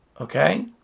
Okay